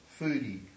foodie